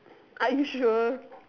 are you sure